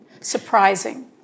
surprising